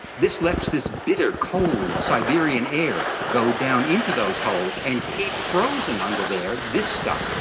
this lets this bitter cold siberian air go down into those holes and keep frozen under there this stuff,